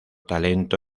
talento